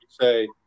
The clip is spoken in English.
say